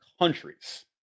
countries